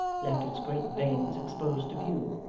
left its great veins exposed to view,